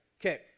Okay